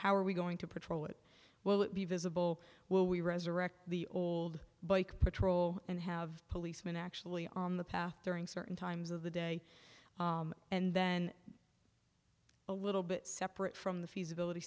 how are we going to patrol it will it be visible will we resurrect the old patrol and have policemen actually on the path certain times of the day and then a little bit separate from the feasibility